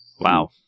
Wow